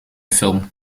film